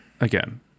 again